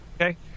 Okay